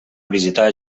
visitar